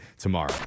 tomorrow